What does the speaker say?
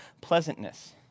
pleasantness